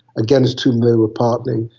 against whom they were partnering,